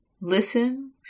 listen